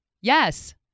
Yes